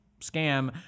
scam